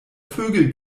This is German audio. vögel